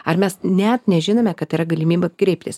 ar mes net nežinome kad yra galimybė kreiptis